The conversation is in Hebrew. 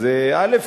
אז, א.